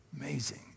Amazing